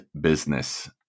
business